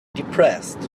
depressed